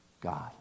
God